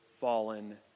fallen